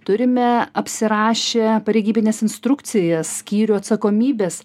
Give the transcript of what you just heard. turime apsirašę pareigybines instrukcijas skyrių atsakomybes